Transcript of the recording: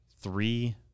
three